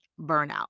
burnout